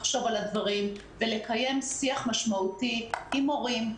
לחשוב על הדברים ולקיים שיח משמעותי עם הורים,